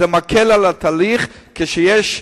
זה מקל על התהליך כשיש,